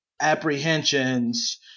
apprehensions